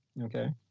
Okay